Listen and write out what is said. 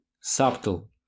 subtle